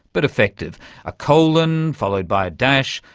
but effective a colon, followed by a dash,